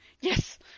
Yes